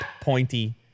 pointy